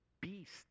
beast